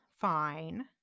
fine